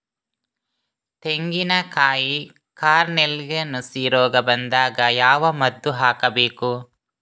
ತೆಂಗಿನ ಕಾಯಿ ಕಾರ್ನೆಲ್ಗೆ ನುಸಿ ರೋಗ ಬಂದಾಗ ಯಾವ ಮದ್ದು ಹಾಕಬೇಕು?